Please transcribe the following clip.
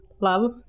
love